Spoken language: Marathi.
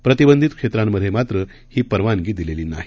प्रतिबंधितक्षेत्रांमध्येमात्रहीपरवानगीदिलेलीनाही